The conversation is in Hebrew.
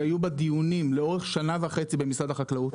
שהיו לגביה דיונים לאורך שנה וחצי במשרד החקלאות,